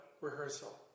rehearsal